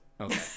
Okay